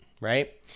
right